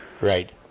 Right